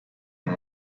and